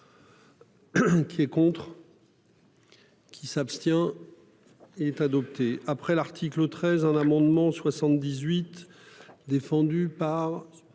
Qui est contre.-- Qui s'abstient. Est adopté après l'article 13, un amendement 78 défendue par